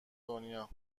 دنیا